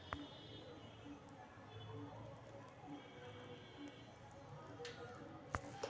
निष्पक्ष व्यापार द्वारा निष्पक्षता, पारदर्शिता सुनिश्चित कएल जाइ छइ